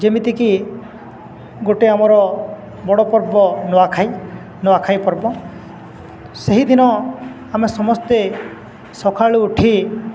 ଯେମିତିକି ଗୋଟେ ଆମର ବଡ଼ ପର୍ବ ନୂଆଖାଇ ନୂଆଖାଇ ପର୍ବ ସେହିଦିନ ଆମେ ସମସ୍ତେ ସକାଳୁ ଉଠି